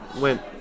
went